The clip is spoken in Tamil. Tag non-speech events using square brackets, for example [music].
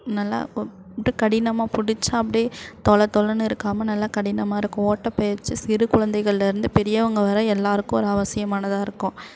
நல்லா உ [unintelligible] கடினமாக பிடிச்சா அப்படியே தொலதொலன்னு இருக்காமல் நல்லா கடினமாக இருக்கும் ஓட்டப்பயிற்சி சிறு குழந்தைகள்லேருந்து பெரியவங்க வர்ற எல்லாருக்கும் ஒரு அவசியமானதாக இருக்கும்